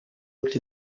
looked